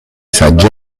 saggi